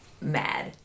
mad